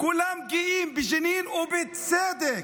כולם גאים בג'נין, ובצדק.